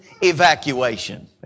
Evacuation